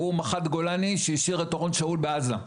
הוא מח"ט גולני שהשאיר את אורון שאול בעזה.